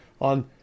On